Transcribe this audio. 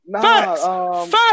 facts